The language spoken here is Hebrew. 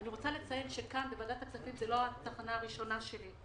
אני רוצה לציין שוועדת כספים לא הייתה התחנה הראשונה שלי,